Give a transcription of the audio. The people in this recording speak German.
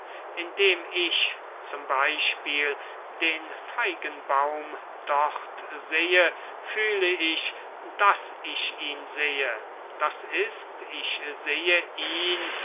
indem ich zum beyspiel den feigenbaum dort sehe fühle ich daß ich ihn sehe das ist ich sehe ihn